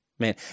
Man